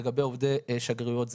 לגבי עובדי שגרירויות זרות.